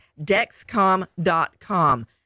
Dexcom.com